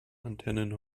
antennen